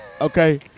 Okay